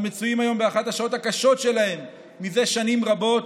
המצויים היום באחת השעות הקשות שלהם זה שנים רבות.